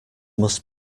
must